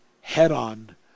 head-on